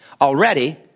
already